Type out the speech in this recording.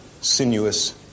sinuous